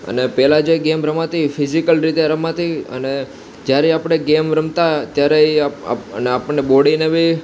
અને પહેલાં જે ગેમ રમાતી ફિઝિકલ રીતે રમાતી અને જ્યારે આપણે ગેમ રમતા ત્યારે આપણને બોડીને બી